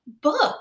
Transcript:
book